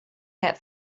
that